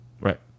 Right